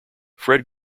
fred